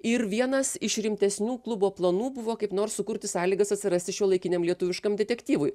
ir vienas iš rimtesnių klubo planų buvo kaip nors sukurti sąlygas atsirasti šiuolaikiniam lietuviškam detektyvui